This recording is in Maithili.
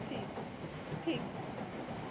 ठीक ठीक छै ठीक छै